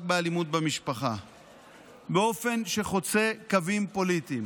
באלימות במשפחה באופן שחוצה קווים פוליטיים.